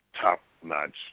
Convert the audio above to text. top-notch